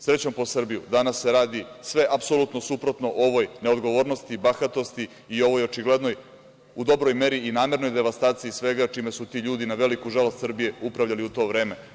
Srećom po Srbiju, danas se radi sve apsolutno suprotno ovoj neodgovornosti i bahatosti i ovoj očigledno u dobroj meri i namernoj devastaciji svega čime su ti ljudi, na veliku žalost Srbije, upravljali u to vreme.